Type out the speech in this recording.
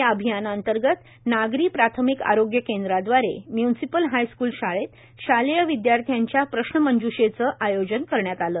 या अभियानाअंतर्गत नागरी प्राथमिक आरोग्य केंद्रा दवारे मून्सिपल हायस्कूल शाळेत शालेय विद्यार्थींच्या प्रश्न मंज्षेचे आयोजन करण्यात आले